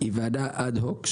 היא ועדה אד-הוק,